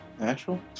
Actual